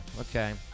okay